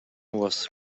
was